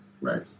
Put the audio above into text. right